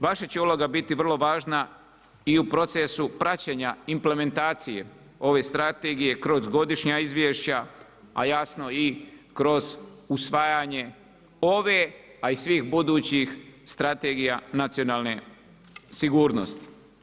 Vaša će uloga biti vrlo važna i u procesu praćenja implementacije ove strategije kroz godišnja izvješća, a jasno i kroz usvajanje ove, a i svih budućih strategija nacionalne sigurnosti.